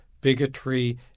bigotry